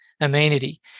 amenity